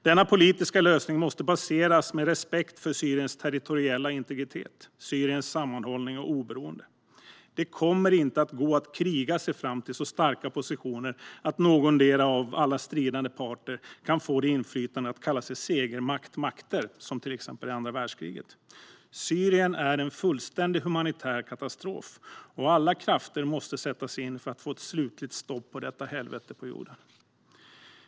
Denna politiska lösning måste baseras på respekt för Syriens territoriella integritet och Syriens sammanhållning och oberoende. Det kommer inte att gå att kriga sig fram till så starka positioner att någondera av alla stridande parter kan få inflytandet att kalla sig segermakt, som till exempel i andra världskriget. Syrien är en fullständig humanitär katastrof, och alla krafter måste sättas in för att få ett slutligt stopp på detta helvete på jorden.